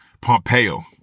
Pompeo